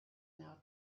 now